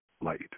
light